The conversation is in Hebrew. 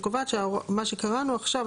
שקובעת שמה שקראנו עכשיו,